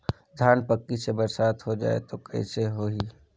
धान पक्की से बरसात हो जाय तो कइसे हो ही?